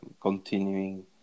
continuing